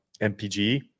MPG